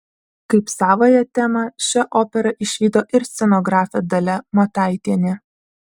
kaip savąją temą šią operą išvydo ir scenografė dalia mataitienė